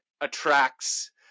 attracts